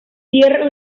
pierre